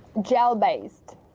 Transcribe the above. gel-based.